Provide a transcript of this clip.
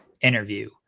interview